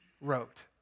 wrote